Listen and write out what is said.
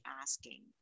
asking